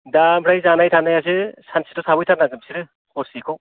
दा आमफ्राय जानाय थानायासो सानसेथ' थाफैथारनांगोन नोंसोरो हरसेखौ